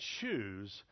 choose